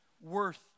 worth